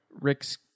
rick's